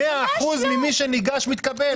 100% ממי שניגש מתקבל.